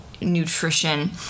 nutrition